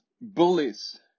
bullies